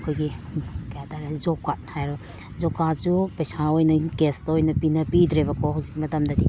ꯑꯩꯈꯣꯏꯒꯤ ꯀꯩ ꯍꯥꯏꯇꯔꯦ ꯖꯣꯞ ꯀꯥꯔꯠ ꯍꯥꯏꯔꯣ ꯖꯣꯞ ꯀꯥꯔꯠꯁꯨ ꯄꯩꯁꯥ ꯑꯣꯏꯅ ꯀꯦꯁꯇ ꯑꯣꯏꯅ ꯄꯤꯗ꯭ꯔꯦꯕꯀꯣ ꯍꯧꯖꯤꯛꯀꯤ ꯃꯇꯝꯗꯗꯤ